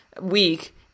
week